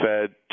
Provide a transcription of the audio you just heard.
Fed